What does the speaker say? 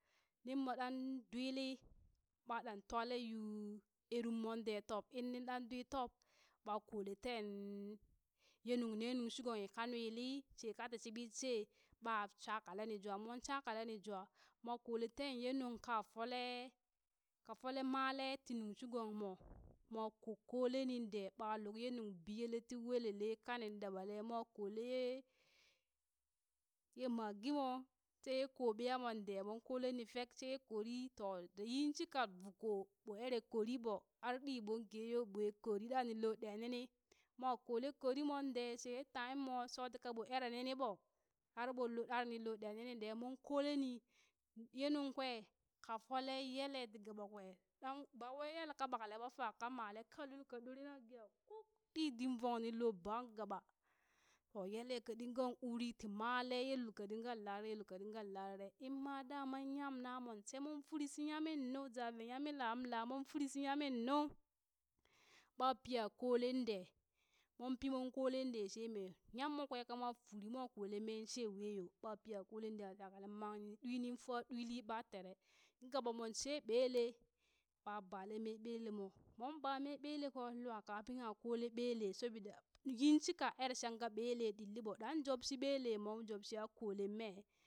Nin ma dwiili baa ɗan twalee yuu eerum moon dee tob, in nin ɗan ɗwi tob ɓaa kolee teen yee nung nee nunshi gonghi ka nwali shee ka tii shiɓit shee, ɓaah shakalee ni jwaa moon shakale jwa moo kole tee nunka folee ka fole malee ti nung shi gongmo moo kokkole nin dee ɓa luk nunbiyelee ti weelele kani daɓalee moo koo lee ye ye magi moo she ye ko ɓiya moon dee, moon koleni fek sheye kori toh yi shika vukoo ɓoo eree kori ɓoo har ɗii ɓoon gee o ɓwen kori ɗa nin loo ɗee lini, moo koolee korin mon dee she yee timemoo shoti ka ɓoo eree lini ɓoo, ar ɓon ar nin loo ɗee linin ɗee moon koolee ni ye nunkwee ka folee yelee ti gaba kwee ɗan bawai yelka bakle boofaa ka malee, ka lul ka doree nagee a kuk ɗii din vung nin loo ba gaɓa to yelee ka ɗinga uri tii malee yelul ka ɗingaŋ lare, ye lul ka dinka larere, ima daaman nyam na moon shee moo firii shi nyaminu jah vee yami laamla, moon firi shi nyamin nu ɓaa piiha kolen dee. moon pii moon koolen dee shee mee, nyam mo kwe ka mwa furi mwa koolen mee she wee yoo ɓa pii a kolee dee ah shakale mangni ni ɗwi nin faa ɗwili ɓaa tere in gaɓa moon shee ɓele ɓa balee mee ɓelee mo mon ba mee ɓele kw lwaa kapin ha kole ɓelee shobida yin shika aree shanka ɓelee ɗilli ɓoo, ɗan jubshi ɓele moon jubshi a koolen mee